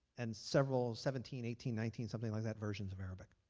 and several seventeen, eighteen, nineteen something like that versions of arabic.